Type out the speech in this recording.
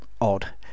odd